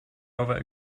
over